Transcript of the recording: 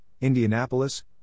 Indianapolis